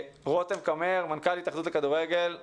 רותם קמר, מנכ"ל ההתאחדות לכדורגל.